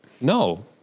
No